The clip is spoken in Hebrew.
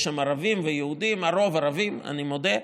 יש שם ערבים ויהודים, הרוב ערבים, אני מודה.